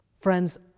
Friends